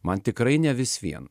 man tikrai ne vis vien